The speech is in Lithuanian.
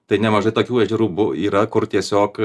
tai nemažai tokių ežerų bu yra kur tiesiog